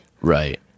Right